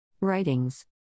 Writings